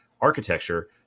architecture